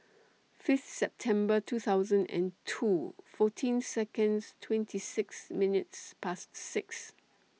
Fifth September two thousand and two fourteen Seconds twenty six minutes Past six